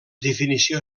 definició